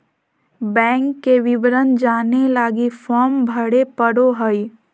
bank के विवरण जाने लगी फॉर्म भरे पड़ो हइ